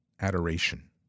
adoration